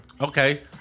Okay